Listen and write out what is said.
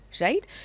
Right